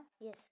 Yes